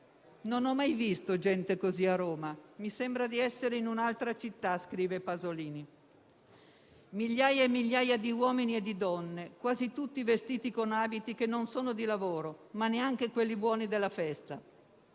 «Non ho mai visto gente così, a Roma. Mi sembra di essere in un'altra città» scrive Pasolini. «Migliaia e migliaia di uomini e di donne, quasi tutti vestiti con abiti che non sono di lavoro, ma neanche quelli buoni, della festa: